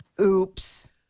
Oops